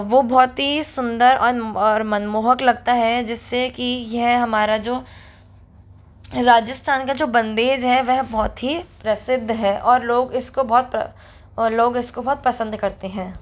वो बहुत ही सुंदर और और मनमोहक लगता है जिससे कि यह हमारा जो राजस्थान का जो बंधेज है वह बहुत ही प्रसिद्ध है और लोग इसको बहुत और लोग इस को बहुत पसंद करते हैं